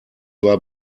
war